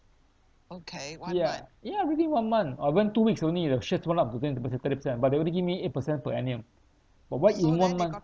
ya ya really one month I went two weeks only the share double up to twenty to thirty percent but they only give me eight percent per annum but what you one month